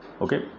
Okay